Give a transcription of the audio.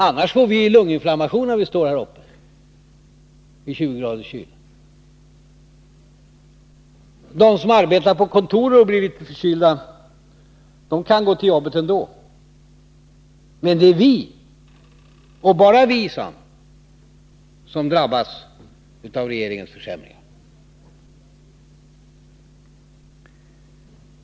Annars får vi lunginflammation när vi står här uppe i 20 graders kyla. De som arbetar på kontoret och blir litet förkylda kan gå till jobbet ändå. Men det är vi, och bara vi, sade han, som drabbas av försämringarna.